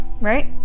right